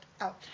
out